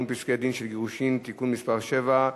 חוק בתי-דין רבניים (קיום פסקי-דין של גירושין) (תיקון מס' 7)